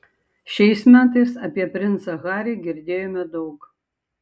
šiais metais apie princą harį girdėjome daug